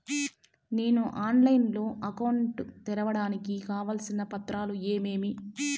నేను ఆన్లైన్ లో అకౌంట్ తెరవడానికి కావాల్సిన పత్రాలు ఏమేమి?